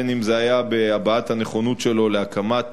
אם בהבעת הנכונות שלו להקמת